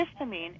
histamine